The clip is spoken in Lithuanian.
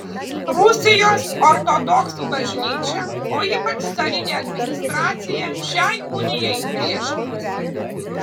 rusijos ortodoksų bažnyčia o ypač carinė administracija šiai unijai priešinosi